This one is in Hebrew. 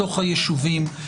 בתוך הישובים.